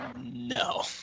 No